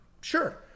sure